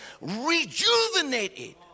rejuvenated